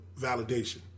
validation